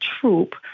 troop